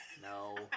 No